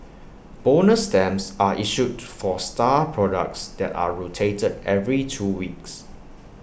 bonus stamps are issued for star products that are rotated every two weeks